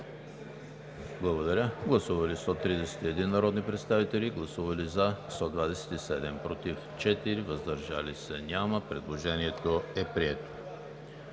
гласуване. Гласували 131 народни представители: за 127, против 4, въздържали се няма. Предложението е прието.